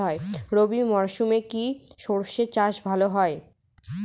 রবি মরশুমে কি সর্ষে চাষ ভালো হয়?